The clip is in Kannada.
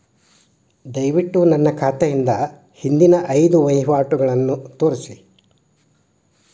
ದಯವಿಟ್ಟು ನನ್ನ ಖಾತೆಯಿಂದ ಹಿಂದಿನ ಐದು ವಹಿವಾಟುಗಳನ್ನು ನನಗೆ ತೋರಿಸಿ